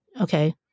Okay